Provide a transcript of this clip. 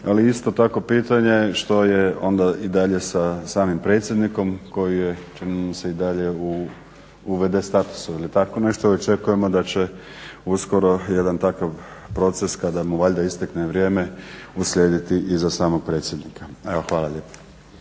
Ali isto tako pitanje što je onda i dalje sa samim predsjednikom koji je čini mi se i dalje u vd statusu ili tako nešto i očekujemo da će uskoro jedan takav proces kada mu valjda istekne vrijeme uslijediti i za samog predsjednika. Evo hvala lijepa.